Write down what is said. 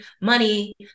money